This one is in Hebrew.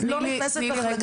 לא נכנסת לזה,